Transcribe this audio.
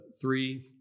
three